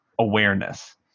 awareness